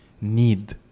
need